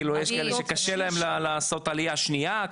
כאילו יש כאלה שקשה להם לעשות עלייה שנייה,